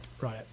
Right